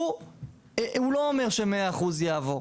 לא אומר ש-100% יעבור,